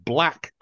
Black